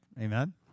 Amen